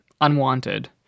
unwanted